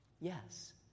Yes